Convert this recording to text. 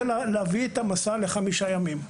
זה להביא את המסע לחמישה ימים.